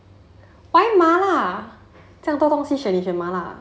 why 麻辣这样多东西选你选麻辣